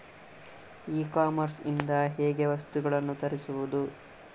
E commerce ಇಂದ ಹೇಗೆ ವಸ್ತುಗಳನ್ನು ತರಿಸುವುದು?